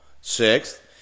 Sixth